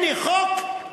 הנה חוק,